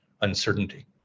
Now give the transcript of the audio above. uncertainty